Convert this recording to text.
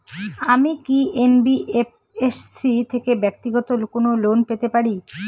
আমি কি এন.বি.এফ.এস.সি থেকে ব্যাক্তিগত কোনো লোন পেতে পারি?